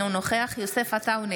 אינו נוכח יוסף עטאונה,